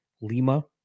Lima